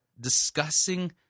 discussing